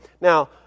Now